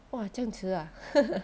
!wah! 这样迟啊